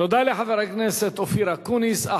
תודה לחבר הכנסת אופיר אקוניס.